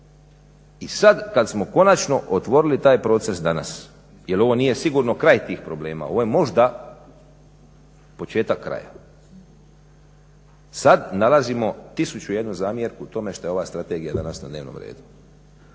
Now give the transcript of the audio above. I sada kada smo konačno otvorili taj proces danas jer ovo nije sigurno kraj tih problema, ovo je možda početak kraja, sada nalazimo tisuću i jednu zamjerku u tome što je ova strategija danas na dnevnom redu.